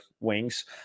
wings